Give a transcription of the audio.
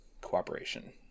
cooperation